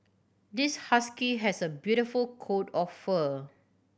this husky has a beautiful coat of fur